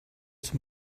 zum